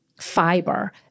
fiber